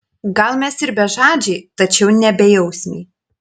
gal mes ir bežadžiai tačiau ne bejausmiai